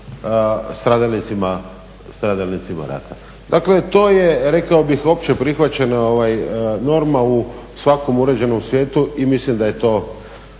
o stradalnicima rata. Dakle to je rekao bih općeprihvaćena norma u svakom uređenom svijetu i mislim da je to